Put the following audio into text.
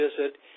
visit